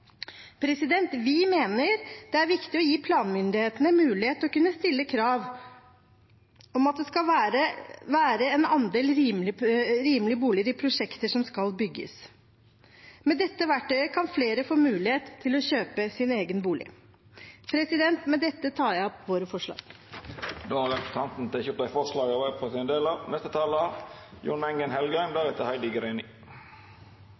Vi mener det er viktig å gi planmyndighetene mulighet til å kunne stille krav om at det skal være en andel rimelige boliger i prosjekter som skal bygges. Med dette verktøyet kan flere få mulighet til å kjøpe sin egen bolig. Med dette tar jeg opp våre forslag. Då har representanten